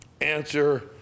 Answer